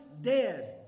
dead